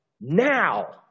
now